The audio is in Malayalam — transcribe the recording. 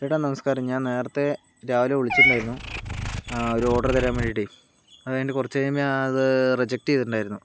ചേട്ടാ നമസ്ക്കാരം ഞാൻ നേരത്തേ രാവിലെ വിളിച്ചിട്ടുണ്ടായിരുന്നു ആ ഒരു ഓർഡെറ് തരാൻ വേണ്ടിട്ടേയ് അത് കഴിഞ്ഞ കുറച്ച് കഴിയുമ്പോൾ ഞാനത് റിജെക്റ്റ് ചെയ്തിട്ടുണ്ടായിരുന്നു